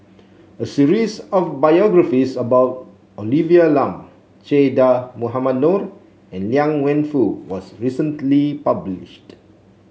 a series of biographies about Olivia Lum Che Dah Mohamed Noor and Liang Wenfu was recently published